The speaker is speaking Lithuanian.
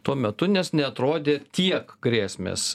tuo metu nes neatrodė tiek grėsmės